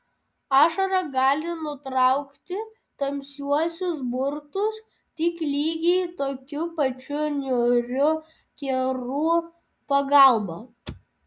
ašara gali nutraukti tamsiuosius burtus tik lygiai tokių pačių niūrių kerų pagalba